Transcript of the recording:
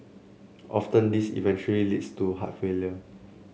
often this eventually leads to heart failure